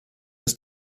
ist